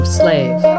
slave